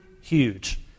huge